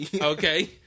Okay